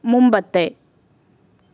മുമ്പത്തെ